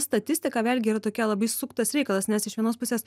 statistika vėlgi yra tokia labai suktas reikalas nes iš vienos pusės